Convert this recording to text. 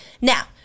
Now